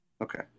Okay